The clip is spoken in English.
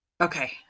Okay